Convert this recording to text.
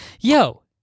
Yo